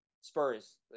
Spurs